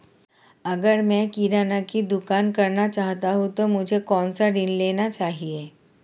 अगर मैं किराना की दुकान करना चाहता हूं तो मुझे कौनसा ऋण लेना चाहिए?